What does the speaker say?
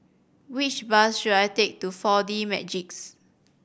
which bus should I take to Four D Magix